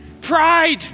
pride